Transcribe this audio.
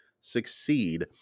succeed